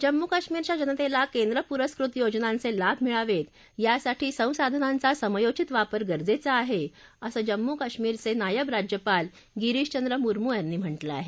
जम्मू कश्मीरच्या जनतेला केंद्र पुरस्कृत योजनांचे लाभ मिळावेत यासाठी संसाधनांचा समयोचित वापर गरजेचा आहे असं जम्मू कश्मीरचे नायब राज्यपाल गिरीश चंद्र मुर्मू यांनी म्हालिं आहे